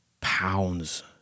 pounds